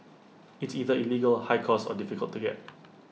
it's either illegal high cost or difficult to get